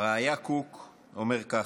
הראי"ה קוק אומר ככה: